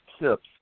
tips